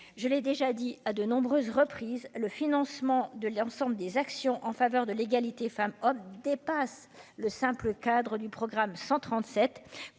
je l'ai déjà dit à de nombreuses reprises, le financement de l'ensemble des actions en faveur de l'égalité femmes-hommes dépasse le simple cadre du programme 137,